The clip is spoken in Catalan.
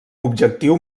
objectiu